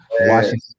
Washington